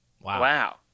Wow